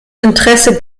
interesse